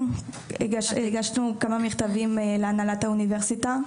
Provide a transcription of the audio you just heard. כן, הגשנו כמה מכתבים להנהלת האוניברסיטה.